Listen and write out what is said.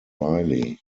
riley